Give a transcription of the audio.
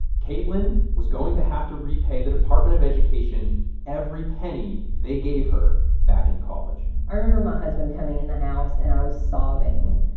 kaitlyn was going to have to repay the department of education every penny they gave her back in college i remember my husband coming in the house, and i was sobbing,